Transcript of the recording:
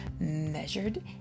Measured